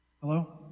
Hello